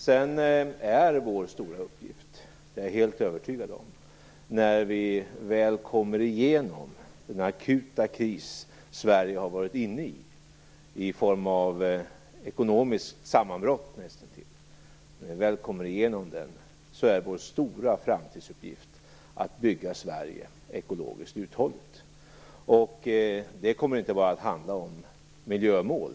Jag är vidare helt övertygad om att våra stora framtidsuppgift sedan vi väl har kommit igenom den akuta kris som Sverige har varit inne i - näst intill ett ekonomiskt sammanbrott - är att bygga Sverige ekologiskt uthålligt. Det kommer naturligtvis inte bara att handla om miljömål.